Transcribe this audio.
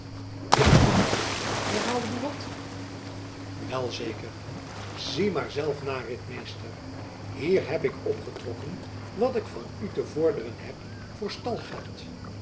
juist akkoord herhaalde buat wel zeker zie maar zelf na ritmeester hier heb ik opgetrokken wat ik van u te vorderen heb voor